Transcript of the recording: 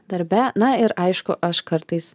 darbe na ir aišku aš kartais